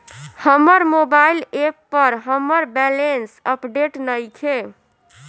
हमर mobile app पर हमर बैलेंस अपडेट नइखे